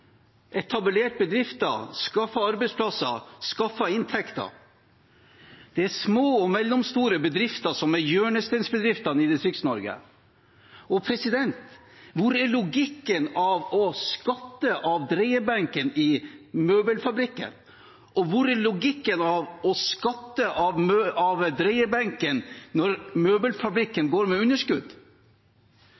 etablert bedrifter, skaffet arbeidsplasser, skaffet inntekter. Det er små og mellomstore bedrifter som er hjørnesteinsbedriftene i Distrikts-Norge. Hvor er logikken i å skatte av dreiebenken i møbelfabrikken? Hvor er logikken i å skatte av dreiebenken når møbelfabrikken